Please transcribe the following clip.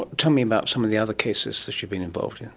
tell me about some of the other cases that you've been involved in.